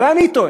אולי אני טועה?